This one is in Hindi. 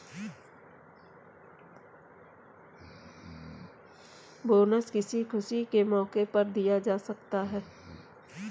बोनस किसी खुशी के मौके पर दिया जा सकता है